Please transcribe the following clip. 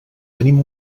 tenim